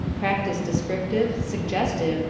practise descriptive, suggestive,